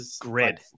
grid